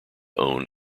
own